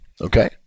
Okay